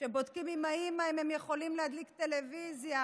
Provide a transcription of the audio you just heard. שבודקים עם האימא אם הם יכולים להדליק טלוויזיה,